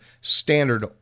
Standard